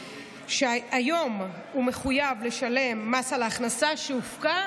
והיום הוא מחויב לשלם מס על ההכנסה שהופקה,